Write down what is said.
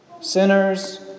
Sinners